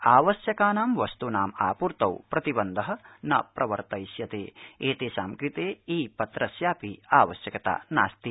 आवश्यकानां वस्तूनाम् आपूर्तों प्रतिबन्ध न प्रवर्तयिष्यतऐत कृतईप्रित्रस्यापि आवश्यकता नास्ति